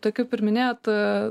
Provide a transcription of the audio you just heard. tai kaip ir minėjot